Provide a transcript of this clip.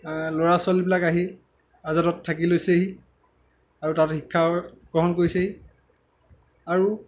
ল'ৰা ছোৱালীবিলাক আহি আজাদত থাকি লৈছেহি আৰু তাত শিক্ষা গ্ৰহণ কৰিছেহি আৰু